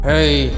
Hey